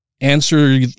answer